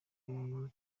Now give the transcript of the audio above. nairobi